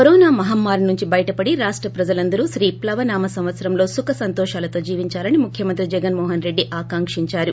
corona మహమ్మారి నుంచి బయిటపడి రాష్ట ప్రజలందరూ శ్రీ ప్లవనామ సంవత్సరంలో సుఖసంతోషాలతో జీవించాలని ముఖ్యమంత్రో జగన్ మోహన్ రెడ్డి ఆకాంకించారు